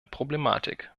problematik